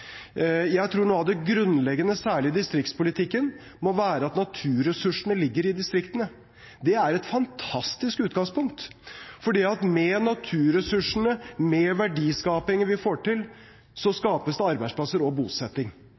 Jeg tror noe av det grunnleggende, særlig i distriktspolitikken, må være at naturressursene ligger i distriktene. Det er et fantastisk utgangspunkt, for med naturressursene, med verdiskapingen vi får til, skapes det arbeidsplasser og bosetting.